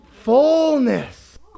fullness